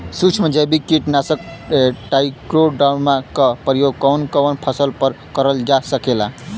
सुक्ष्म जैविक कीट नाशक ट्राइकोडर्मा क प्रयोग कवन कवन फसल पर करल जा सकेला?